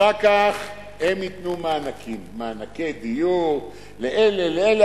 אחר כך, הם ייתנו מענקים, מענקי דיור לאלה, לאלה.